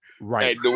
Right